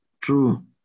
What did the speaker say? true